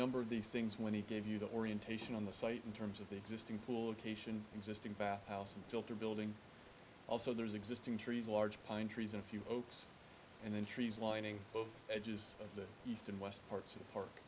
number of these things when he gave you the orientation on the site in terms of the existing pool teachin existing bathhouse and filter building also there's existing trees large pine trees in a few oaks and in trees lining both edges of the east and west parts of the park